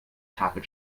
tafel